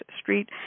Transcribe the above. Street